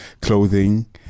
clothing